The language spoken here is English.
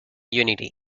unity